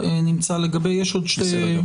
נמצא לגבי יש עוד שתי --- בסדר גמור.